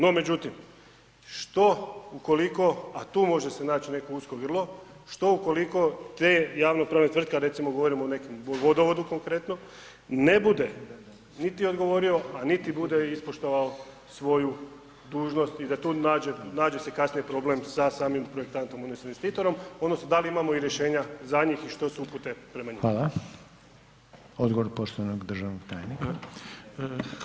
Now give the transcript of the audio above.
No međutim, što ukoliko, a tu može se naći neko usko grlo, što ukoliko te javno pravne tvrtke a recimo govorimo o nekom vodovodu konkretno, ne bude niti odgovorio a niti bude ispoštovao svoju dužnost i da tu nađe se kasnije problem sa samim projektantom odnosno investitorom, odnosno da li imamo i rješenja za njih i što su upute prema njima.